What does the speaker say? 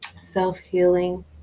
self-healing